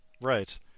right